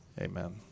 Amen